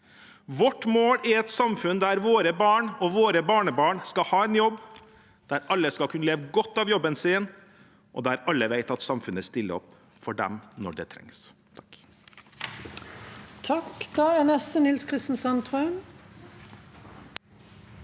Vårt mål er et samfunn der våre barn og våre barnebarn skal ha en jobb, der alle skal kunne leve godt av jobben sin, og der alle vet at samfunnet stiller opp for dem når det trengs. Nils Kristen Sandtrøen